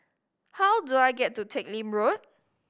how do I get to Teck Lim Road